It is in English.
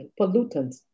pollutants